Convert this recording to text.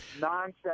nonsense